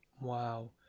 Wow